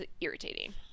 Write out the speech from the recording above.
irritating